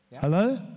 Hello